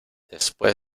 después